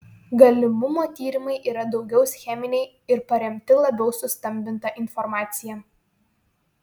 galimumo tyrimai yra daugiau scheminiai ir paremti labiau sustambinta informacija